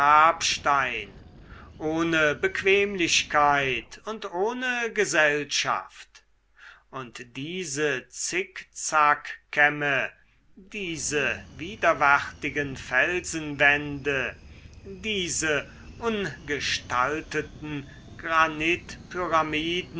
grabstein ohne bequemlichkeit und ohne gesellschaft und diese zickzackkämme diese widerwärtigen felsenwände diese ungestalteten